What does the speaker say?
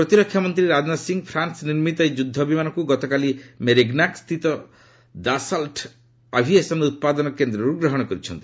ପ୍ରତିରକ୍ଷା ମନ୍ତ୍ରୀ ରାଜନାଥ ସିଂହ ଫ୍ରାନ୍କ ନିର୍ମିତ ଏହି ଯୁଦ୍ଧ ବିମାନକୁ ଗତକାଲି ମେରିଗ୍ନାକ୍ସିତ ଦାସଲ୍ଚ ଆଭିଏସନ୍ ଉତ୍ପାଦନ କେନ୍ଦ୍ରରୁ ଗ୍ରହଣ କରିଛନ୍ତି